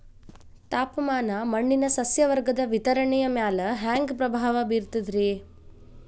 ತಾಪಮಾನ ಮಣ್ಣಿನ ಸಸ್ಯವರ್ಗದ ವಿತರಣೆಯ ಮ್ಯಾಲ ಹ್ಯಾಂಗ ಪ್ರಭಾವ ಬೇರ್ತದ್ರಿ?